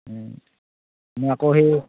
মই আকৌ সেই